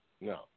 No